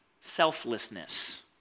selflessness